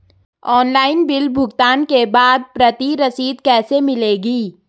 Online bill भुगतान के बाद प्रति रसीद कैसे मिलेगी?